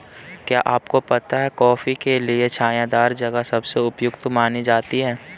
क्या आपको पता है कॉफ़ी के लिए छायादार जगह सबसे उपयुक्त मानी जाती है?